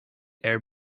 air